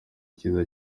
cyiza